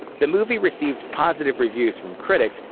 the movie received positive reviews from critics,